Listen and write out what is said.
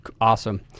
Awesome